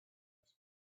with